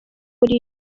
muriyo